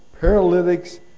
paralytics